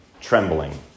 trembling